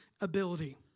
ability